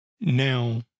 Now